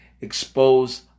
expose